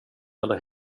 eller